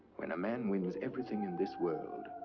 when a man wins everything in this world,